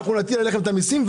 אנחנו נטיל עליכם את המיסים.